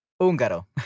Húngaro